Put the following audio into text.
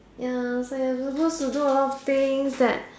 ya so you are supposed to do a lot of things that